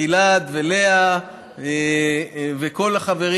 גלעד ולאה וכל החברים.